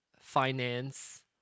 finance